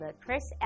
Chris